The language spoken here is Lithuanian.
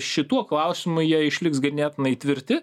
šituo klausimu jie išliks ganėtinai tvirti